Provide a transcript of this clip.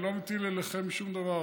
אני לא מטיל עליכם שום דבר,